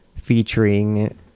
featuring